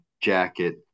jacket